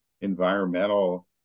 environmental